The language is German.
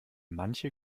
manche